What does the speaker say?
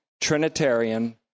Trinitarian